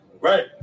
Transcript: Right